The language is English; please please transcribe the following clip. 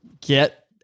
get